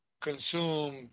consume